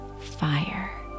fire